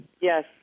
yes